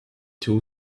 two